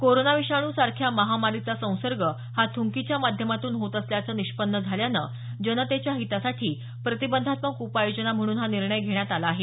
corona विषाणू सारख्या महामारीचा संसर्ग हा थुंकीच्या माध्यमातून होत असल्याचं निष्पन्न झाल्यानं जनतेच्या हितासाठी प्रतिबंधात्मक उपाययोजना म्हणून हा निर्णय घेण्यात आला आहे